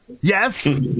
yes